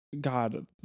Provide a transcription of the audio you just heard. god